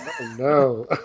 No